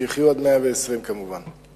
ושיחיו עד מאה-ועשרים, כמובן.